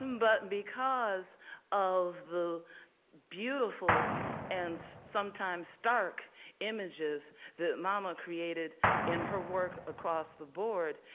but because of the beautiful and sometimes stark images that mama created in her work across the board.